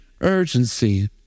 urgency